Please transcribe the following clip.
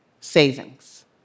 savings